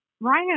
Ryan